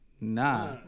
nah